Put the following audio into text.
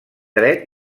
dret